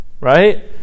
right